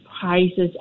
prices